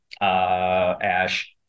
Ash